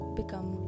become